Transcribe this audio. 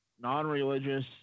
non-religious